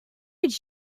did